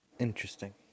Interesting